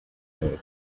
air